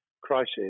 crisis